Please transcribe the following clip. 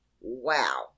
wow